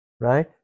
right